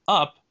up